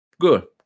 good